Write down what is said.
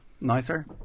Nicer